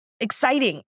Exciting